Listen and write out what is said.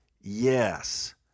Yes